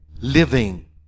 living